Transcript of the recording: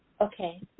Okay